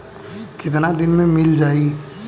कितना दिन में मील जाई?